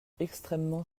extrèmement